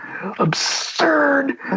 absurd